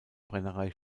brennerei